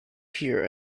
hear